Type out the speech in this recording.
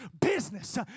business